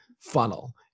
funnel